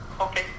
okay